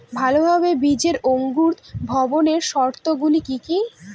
ভালোভাবে বীজের অঙ্কুর ভবনের শর্ত গুলি কি কি?